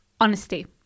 Honesty